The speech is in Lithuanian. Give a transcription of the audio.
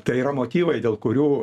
tai yra motyvai dėl kurių